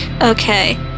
okay